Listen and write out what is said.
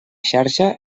xarxa